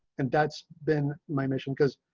and that's been my mission because